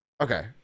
Okay